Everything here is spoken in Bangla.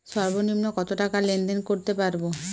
সর্বনিম্ন কত টাকা লেনদেন করতে পারবো?